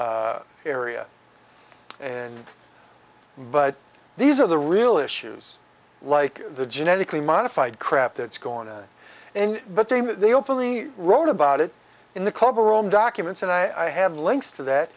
rural area and but these are the real issues like the genetically modified crap that's gone in but they they openly wrote about it in the club of rome documents and i have links to that